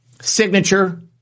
signature